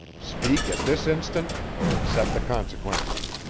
speak at this instant or accept the consequences!